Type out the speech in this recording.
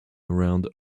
around